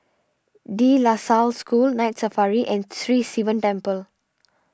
De La Salle School Night Safari and Sri Sivan Temple